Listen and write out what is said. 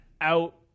out